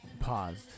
paused